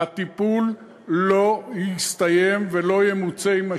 הטיפול לא יסתיים ולא ימוצה עם הש"ג.